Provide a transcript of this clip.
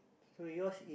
so yours is